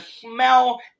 smell